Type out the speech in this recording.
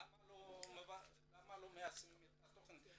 מדוע לא מיישמים את התכנית.